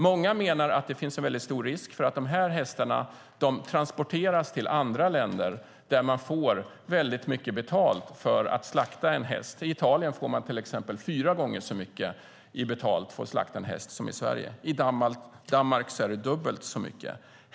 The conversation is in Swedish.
Många menar att det finns en stor risk för att de transporteras till andra länder där man får väldigt mycket betalt för att slakta en häst. I Italien får man exempelvis fyra gånger så mycket betalt som i Sverige, och i Danmark är det dubbelt så mycket.